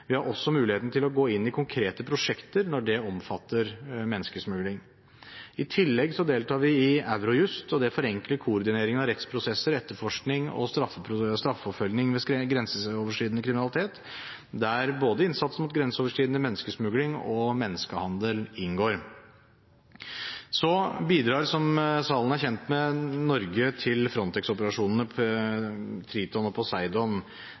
Vi har også muligheten til å gå inn i konkrete prosjekter når de omfatter menneskesmugling. I tillegg deltar vi i Eurojust. Det forenkler koordineringen av rettsprosesser, etterforskning og straffeforfølgninger ved grenseoverskridende kriminalitet, der både innsatsen mot grenseoverskridende menneskesmugling og menneskehandel inngår. Som salen er kjent med, bidrar Norge til Frontex-operasjonene Triton og